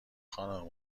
خانم